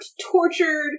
tortured